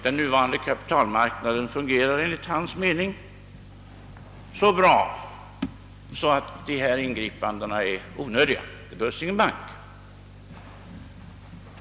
Den nuvarande kapitalmarknaden fungerar enligt hans mening så bra, att dessa ingripanden är onödiga, det behövs ingen bank.